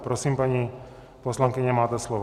Prosím, paní poslankyně, máte slovo.